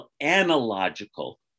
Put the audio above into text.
analogical